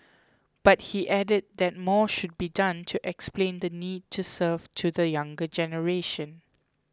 but he added that more should be done to explain the need to serve to the younger generation